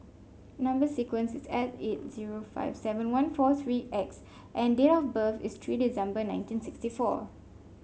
number sequence is S eight zero five seven one four three X and date of birth is three December nineteen sixty four